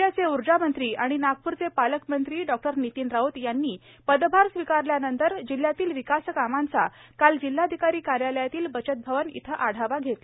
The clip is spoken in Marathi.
राज्याचे ऊर्जामंत्री आणि नागपूरचे पालकमंत्री डॉ नितीन राऊत यांनी पदभार स्वीकारल्यानंतर जिल्हयातील विकासकामांचा काल जिल्हाधिकारी कार्यालयातील बचत भवन येथे आढावा घेतला